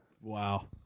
Wow